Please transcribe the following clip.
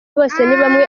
bosenibamwe